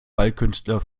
ballkünstler